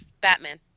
Batman